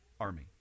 army